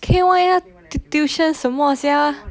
K one 要 tuition 什么 sia